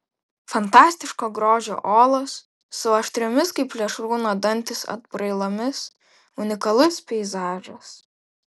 fantastiško grožio uolos su aštriomis kaip plėšrūno dantys atbrailomis unikalus peizažas